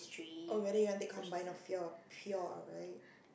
oh really you want take combined of your pure right